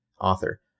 author